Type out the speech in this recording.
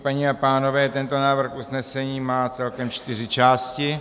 Paní a pánové, tento návrh usnesení má celkem čtyři části.